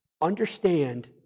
understand